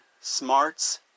Smart's